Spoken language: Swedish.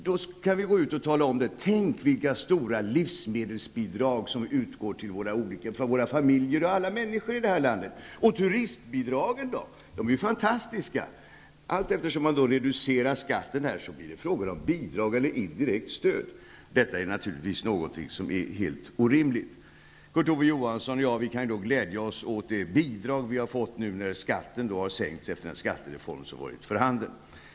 Då kan vi lika gärna tala om vilka stora livsmedelsbidrag som utgår till alla människor här i landet. Och turistbidragen då -- de är ju fantastiska! Allt eftersom man reducerar skatten skulle det vara fråga om bidrag eller indirekt stöd -- detta är naturligtvis helt orimligt! Kurt Ove Johansson och jag kan då glädja oss åt det bidrag vi har fått nu när skatten har sänkts efter en skattereform som varit för handen.